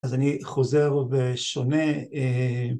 אז אני חוזר ושונה